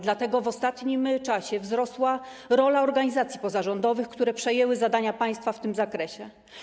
Dlatego w ostatnim czasie wzrosła rola organizacji pozarządowych, które przejęły zadania państwa w tym zakresie.